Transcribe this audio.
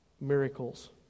miracles